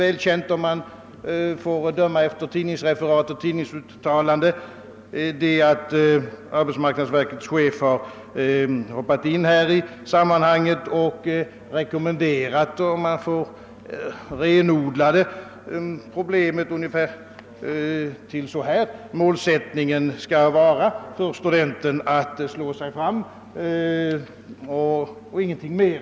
Det är att döma av referat och uttalanden i pressen väl bekant att arbetsmarknadsverkets chef hoppat in i denna diskussion med en rekommendation, som renodlat ungefär innebär att studentens målsättning skall vara att slå sig fram — inget mer.